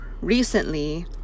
Recently